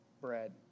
bread